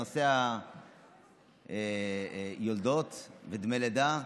לסייע בנושא היולדות ודמי הלידה,